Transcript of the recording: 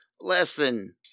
lesson